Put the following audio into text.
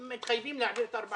מתחייבים להעביר 4 מיליון שקל.